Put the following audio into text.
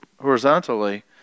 horizontally